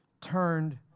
turned